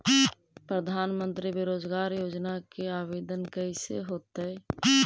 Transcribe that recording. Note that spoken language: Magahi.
प्रधानमंत्री बेरोजगार योजना के आवेदन कैसे होतै?